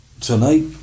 Tonight